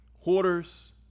Hoarders